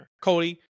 Cody